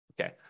Okay